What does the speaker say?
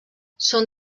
són